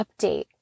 update